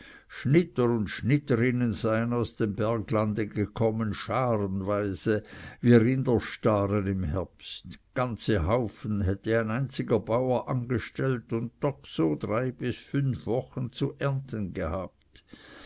schnitter und schnitterinnen seien aus dem berglande gekommen scharenweise wie rinderstaren im herbst ganze haufen hätte ein einziger bauer angestellt und doch so drei bis fünf wochen zu ernten gehabt